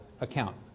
account